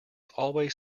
always